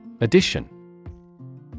Addition